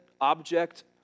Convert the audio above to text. object